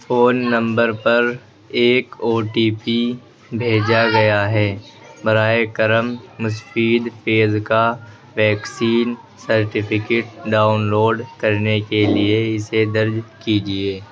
phone number پر ایک O T P بھیجا گیا ہے براہ کرم مستفید فیض کا ویکسین سرٹیفکیٹ ڈاؤن لوڈ کرنے کے لیے اسے درج کیجیے